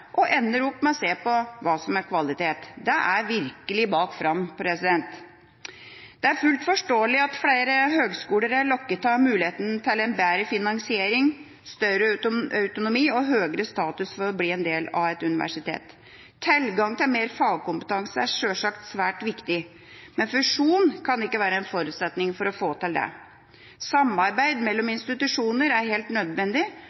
og ender opp med å se på hva som er kvalitet. Det er virkelig bak fram! Det er fullt forståelig at flere høgskoler er lokket av muligheten til en bedre finansiering, større autonomi og høgere status ved å bli en del av et universitet. Tilgang til mer fagkompetanse er sjølsagt svært viktig, men fusjon kan ikke være en forutsetning for å få til det. Samarbeid mellom institusjoner er helt nødvendig